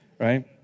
right